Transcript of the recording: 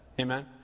Amen